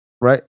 right